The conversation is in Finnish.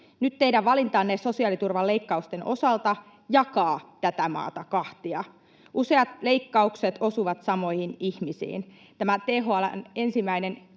Nyt teidän valintanne sosiaaliturvan leikkausten osalta jakaa tätä maata kahtia. Useat leikkaukset osuvat samoihin ihmisiin. Tämä THL:n 1.12.